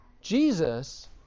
jesus